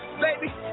Baby